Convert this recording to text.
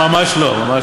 ממש לא, ממש לא.